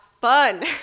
fun